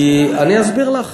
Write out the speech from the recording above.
כי, אני אסביר לך.